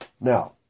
Now